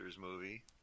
movie